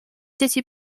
dzieci